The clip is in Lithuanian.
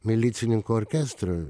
milicininkų orkestru